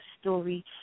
story